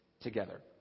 together